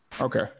Okay